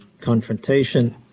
confrontation